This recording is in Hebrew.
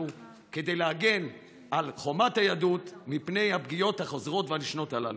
כדי להגן על חומת היהדות מפני הפגיעות החוזרות והנשנות הללו,